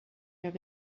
have